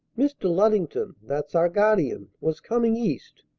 mr. luddington that's our guardian was coming east,